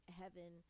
heaven